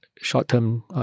short-term